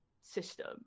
system